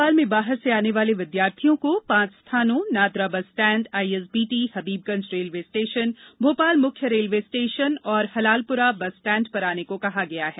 भोपाल में बाहर से आने वाले विद्यार्थियों को पांच स्थानों Nadra bus stand ISBT Habibganj railway station Bhopal मुख्य रेलवे स्टेषन और हलालपुरा बस स्टैंड पर आने को कहा गया है